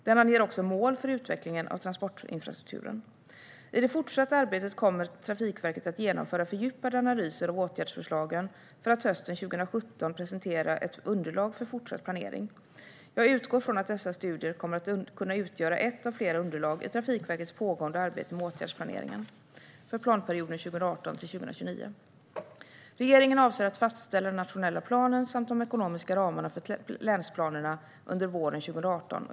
Den anger också mål för utvecklingen av transportsystemet. I det fortsatta arbetet kommer Trafikverket att genomföra fördjupade analyser av åtgärdsförslagen för att hösten 2017 presentera ett underlag för fortsatt planering. Jag utgår från att dessa studier kommer att kunna utgöra ett av flera underlag i Trafikverkets pågående arbete med åtgärdsplaneringen för planperioden 2018-2029. Regeringen avser att fastställa den nationella planen samt de ekonomiska ramarna för länsplanerna under våren 2018.